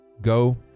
go